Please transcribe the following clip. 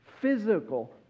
physical